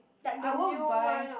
I won't buy